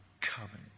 covenant